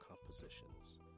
compositions